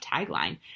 tagline